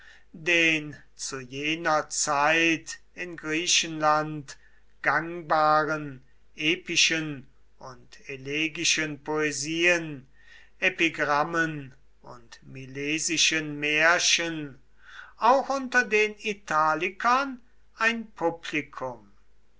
den zu jener zeit in griechenland gangbaren epischen und elegischen poesien epigrammen und milesischen märchen auch unter den italikern ein publikum